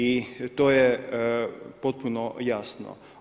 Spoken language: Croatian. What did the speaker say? I to je potpuno jasno.